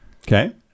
Okay